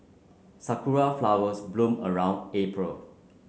sakura flowers bloom around April